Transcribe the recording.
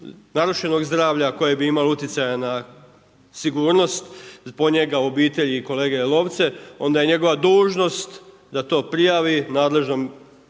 narušenog zdravlja koje bi imalo utjecaja na sigurnost zbog njega obitelji i kolege lovce, onda je njegova dužnost da to prijavi nadležnom